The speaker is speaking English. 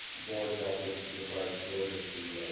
board felt was required disclosure to